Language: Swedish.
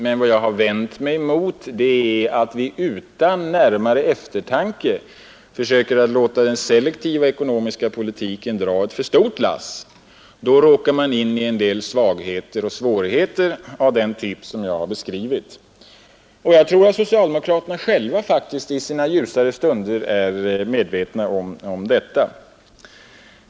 Men vad jag har vänt mig emot är att vi utan närmare eftertanke försöker låta den selektiva ekonomiska politiken dra ett för stort lass — då råkar man in i svårigheter av den typ som jag har beskrivit. Jag tror faktiskt att socialdemokraterna själva i sina ljusare stunder är medvetna om detta.